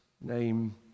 name